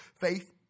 Faith